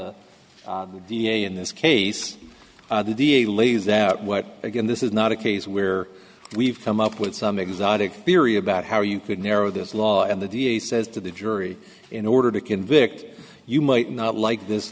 da in this case the da lays out what again this is not a case where we've come up with some exotic theory about how you could narrow this law and the da says to the jury in order to convict you might not like this